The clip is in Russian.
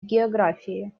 географии